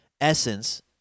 essence